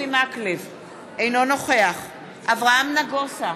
אינו נוכח אברהם נגוסה,